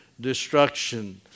destruction